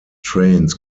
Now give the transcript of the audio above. trains